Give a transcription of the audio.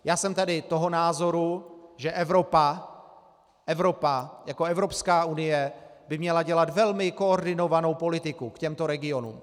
Já jsem toho názoru, že Evropa jako Evropská unie by měla dělat velmi koordinovanou politiku k těmto regionům.